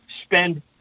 spend